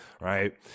Right